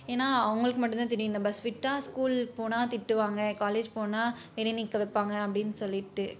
ஏன்னா அவங்களுக்கு மட்டுந்தான் தெரியும் இந்த பஸ் விட்டால் ஸ்கூல் போனால் திட்டுவாங்க காலேஜ் போனால் வெளியே நிற்க வைப்பாங்க அப்படீன்னு சொல்லிட்டு